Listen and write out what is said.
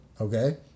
Okay